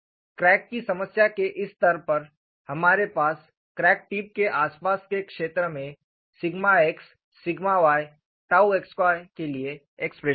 crack की समस्या के इस स्तर पर हमारे पास क्रैक टिप के आसपास के क्षेत्र में sigma x sigma y tau x y के लिए एक्सप्रेशन हैं